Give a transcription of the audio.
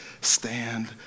stand